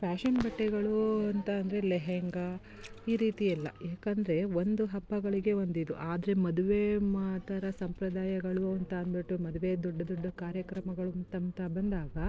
fashion ಬಟ್ಟೆಗಳು ಅಂತ ಅಂದರೆ ಲೆಹೆಂಗಾ ಈ ರೀತಿ ಎಲ್ಲ ಯಾಕಂದರೆ ಒಂದು ಹಬ್ಬಗಳಿಗೆ ಒಂದು ಇದು ಆದರೆ ಮದುವೆ ಆತರ ಸಂಪ್ರದಾಯಗಳು ಅಂತ ಅಂದುಬಿಟ್ಟು ಮದುವೆ ದೊಡ್ಡ ದೊಡ್ಡ ಕಾರ್ಯಕ್ರಮಗಳು ಅಂತ ಅಂತ ಬಂದಾಗ